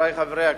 חברי חברי הכנסת,